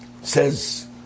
says